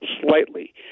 slightly